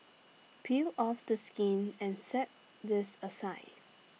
peel off the skin and set this aside